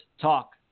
talk